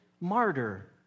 martyr